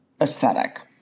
aesthetic